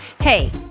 Hey